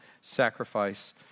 sacrifice